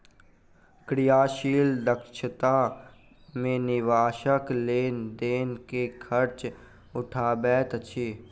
क्रियाशील दक्षता मे निवेशक लेन देन के खर्च उठबैत अछि